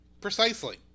Precisely